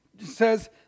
says